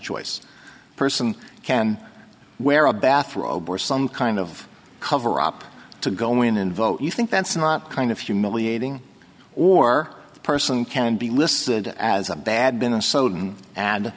choice a person can wear a bathrobe or some kind of cover up to go in and vote you think that's not kind of humiliating or the person can be listed as a bad minnesotan and